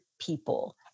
people